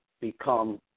become